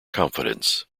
confidence